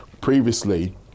Previously